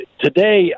today